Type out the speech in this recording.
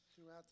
throughout